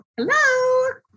Hello